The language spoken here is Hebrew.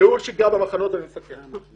ניהול שגרה במחנות, אני מסכם.